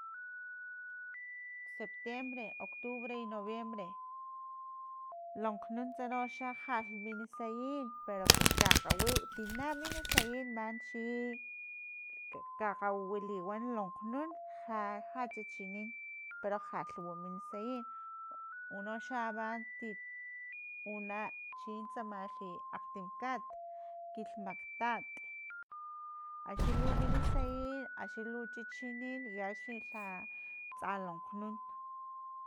Septiembre, octubre y noviembre, lokgnunts noxa jalmin sayin pero pus kakgawiw tina min sayin manchi, k- kakgawiwiliwan lokgnun ja- ja chichinin pero ja lhuwa min sayin uno xa ama ti una chintsamalhi akgtim kat, kilhmaktat, axilumin sayin axi lu chichinin i axi tsa lokgnun.